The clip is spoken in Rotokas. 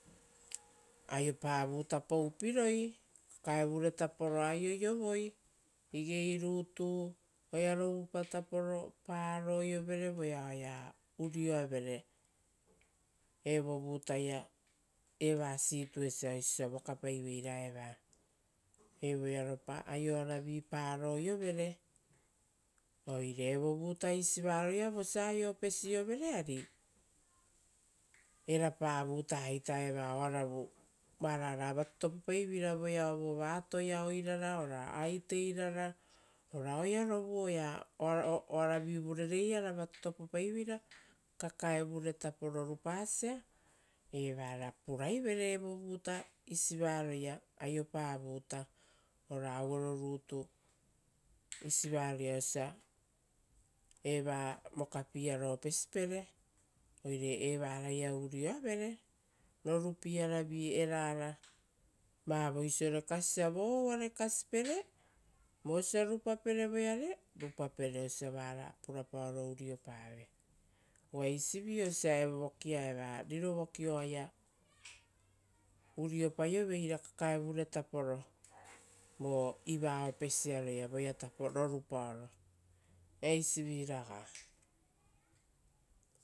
Aiopa vuta poupiroi, kakaevure taporo aioiovoi, igei rutu, oearovupa taporo paroiovere voeao oea urioavere evo vutaia eva situasia oisi osia evo vokapaiveira eva. Evoearopa aioaravi paro io vere oire evo vuta isivaroia vosia aio opesiovere ari, erapa vutaita eva, varao oara vatotopopaiveira voeao vova atoia ora aiteirara ora oearovu oea oaravivu rereiara vatatopopaiveira kakaevure tapo rorupasia. Evara puraivere evovuta isivaroia aiopa vuta ora auero rutu isivaroia osia eva vokapiearo opesipere oire evaraia urio avere rorupieara erara vavoisiore kasisia. Vouvare kasipere vosa rupaperevoeare ra rupapere osia vara purapaoro uriopave, uva eisivi osia evo vokia eva, riro voki oaia uruiopaioveira kakaevure tapo voiva opesiaro voea taporo rorupaoro.